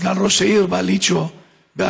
סגן ראש העיר ברילוצ'ה בארגנטינה,